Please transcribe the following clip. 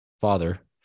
father